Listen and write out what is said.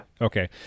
Okay